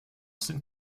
sind